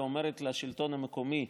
היא אומרת לשלטון המקומי: